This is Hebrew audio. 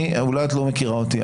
אולי את לא מכירה אותי,